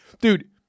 Dude